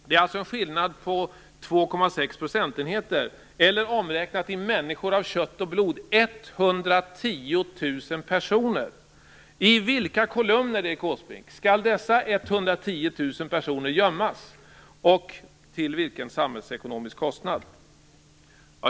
Det är en skillnad på 2,6 procentenheter, eller, omräknat i människor av kött och blod, 110 000 personer. I vilka kolumner, Erik Åsbrink, skall dessa personer gömmas, och till vilken samhällsekonomisk kostnad?